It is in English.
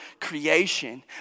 creation